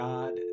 God